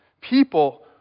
people